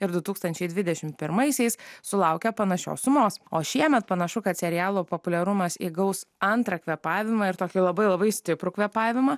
ir du tūkstančiai dvidešimt pirmaisiais sulaukė panašios sumos o šiemet panašu kad serialo populiarumas įgaus antrą kvėpavimą ir tokį labai labai stiprų kvėpavimą